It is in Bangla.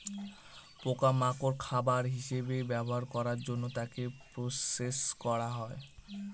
পোকা মাকড় খাবার হিসেবে ব্যবহার করার জন্য তাকে প্রসেস করা হয়